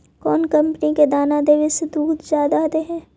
कौन कंपनी के दाना देबए से दुध जादा दे है?